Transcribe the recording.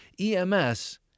EMS